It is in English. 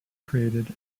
created